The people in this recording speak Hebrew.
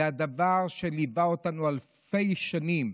זה הדבר שליווה אותנו אלפי שנים,